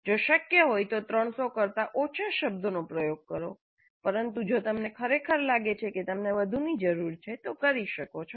જો શક્ય હોય તો 300 કરતા ઓછા શબ્દોનો ઉપયોગ કરો પરંતુ જો તમને ખરેખર લાગે છે કે તમને વધુની જરૂર છે તો કરી શકો છો